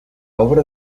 obra